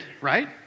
right